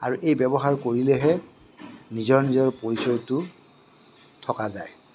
আৰু এই ব্য়ৱহাৰ কৰিলেহে নিজৰ নিজৰ পৰিচয়টো থকা যায়